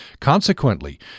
Consequently